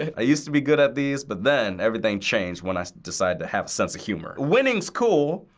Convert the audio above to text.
i used to be good at these, but then everything changed when i decided to have a sense of humor. winning's cool,